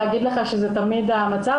להגיד לך שזה תמיד המצב,